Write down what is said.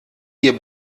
ihr